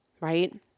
right